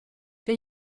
der